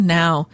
now